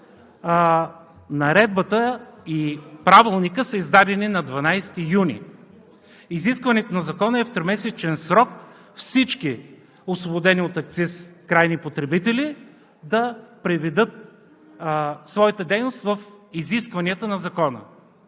Наредбата и Правилникът са издадени на 12 юни. Изискването на Закона е в тримесечен срок всички, освободени от акциз крайни потребители, да преведат своята дейност в изискванията на Закона.